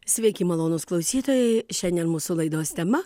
sveiki malonūs klausytojai šiandien mūsų laidos tema